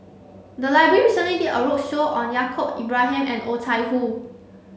the library recently did a roadshow on Yaacob Ibrahim and Oh Chai Hoo